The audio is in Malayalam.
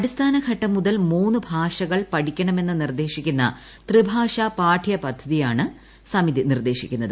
അടിസ്ഥാനഘട്ടം മുതൽ മൂന്ന് ഭാഷകൾ പഠിക്കണമെന്ന് നിർദ്ദേശിക്കുന്ന ത്രിഭാഷ പാഠ്യപദ്ധതിയാണ് സമിതി നിർദ്ദേശിക്കുന്നത്